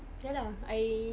ya lah I